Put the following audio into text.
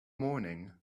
morning